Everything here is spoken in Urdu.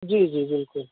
جی جی بالکل